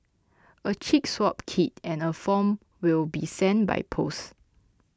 a cheek swab kit and a form will be sent by post